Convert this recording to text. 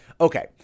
Okay